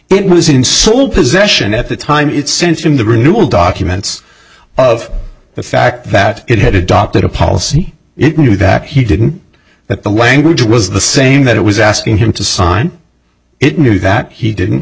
it was in sole possession at the time it's since in the renewal documents of the fact that it had adopted a policy it knew that he didn't that the language was the same that it was asking him to sign it knew that he didn't